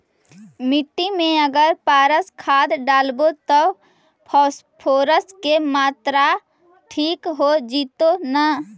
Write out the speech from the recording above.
मिट्टी में अगर पारस खाद डालबै त फास्फोरस के माऋआ ठिक हो जितै न?